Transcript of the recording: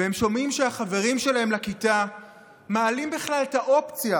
והם שומעים שהחברים שלהם לכיתה מעלים בכלל את האופציה